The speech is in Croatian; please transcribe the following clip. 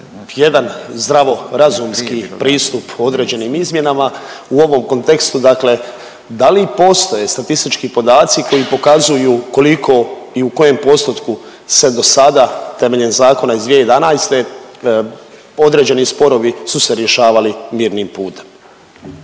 jedan zdravo razumski pristup određenim izmjenama. U ovom kontekstu, dakle da li postoje statistički podaci koji pokazuju koliko i u kojem postotku se do sada temeljem zakona iz 2011. određeni sporovi su se rješavali mirnim putem?